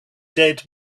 dead